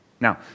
Now